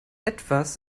etwas